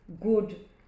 good